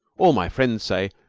all my friends say,